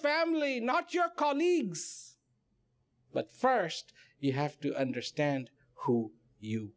family not your colleagues but first you have to understand who you